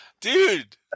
Dude